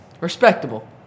Respectable